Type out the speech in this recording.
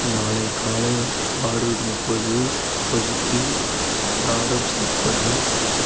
நாளை காலை ஆறு முப்பது மணிக்கி அலாரம் செட் பண்ணு